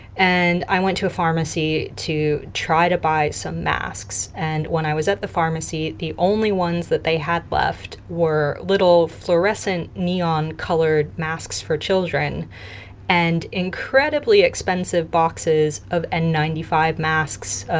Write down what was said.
and i went to a pharmacy to try to buy some masks. and when i was at the pharmacy, the only ones that they had left were little, fluorescent neon-colored masks for children and incredibly expensive boxes of n nine five masks.